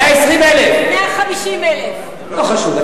120,000. 150,000. לא חשוב.